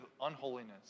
unholiness